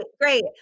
great